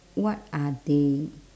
what are they